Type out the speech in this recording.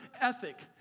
ethic